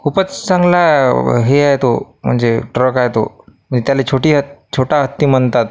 खूपच चांगला हे आहे तो म्हणजे ट्रक आहे तो म्हणजे त्याला छोटी छोटा हत्ती म्हणतात